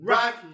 Rock